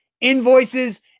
invoices